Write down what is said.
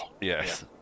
Yes